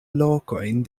lokojn